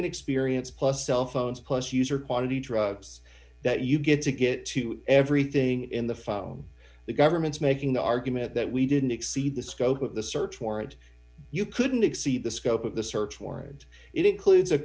and experience plus cellphones plus user quality drugs that you get to get to everything in the phone the government's making the argument that we didn't exceed the scope of the search warrant you couldn't exceed the scope of the search warrant it includes a